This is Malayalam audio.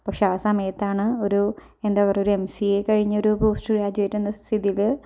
പക്ഷേ ആ സമയത്താണ് ഒരു എന്താ ഒരു ഒരു എം സി എ കഴിഞ്ഞൊരു പോസ്റ്റ് ഗ്രാഡുവേറ്റ് എന്ന സ്ഥിതിയിൽ